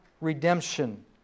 redemption